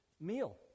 meal